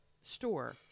store